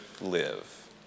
live